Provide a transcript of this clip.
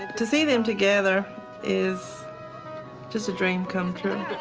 to see them together is just a dream come true.